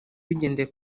bigendeye